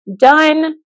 done